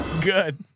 Good